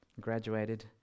graduated